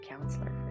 counselor